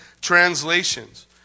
translations